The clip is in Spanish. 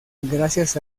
gracias